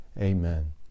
Amen